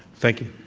thank you.